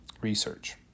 research